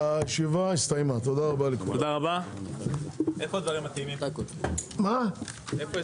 הישיבה ננעלה בשעה 14:00.